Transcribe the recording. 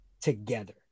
together